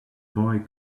boy